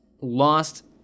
lost